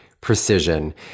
precision